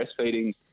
breastfeeding